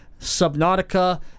Subnautica